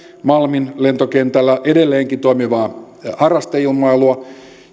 malmin lentokentällä edelleenkin toimivaa harrasteilmailua